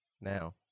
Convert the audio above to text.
now